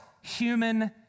human